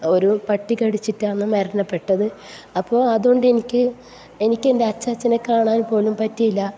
ഒരു പട്ടി കടിച്ചിട്ടാണ് മരണപ്പെട്ടത് അപ്പോൾ അതുകൊണ്ടെനിക്ക് എനിക്കെൻ്റെ അച്ചാച്ചനെ കാണാൻ പോലും പറ്റിയില്ല